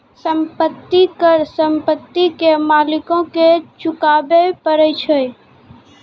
संपत्ति कर संपत्ति के मालिको के चुकाबै परै छै